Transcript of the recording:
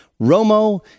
Romo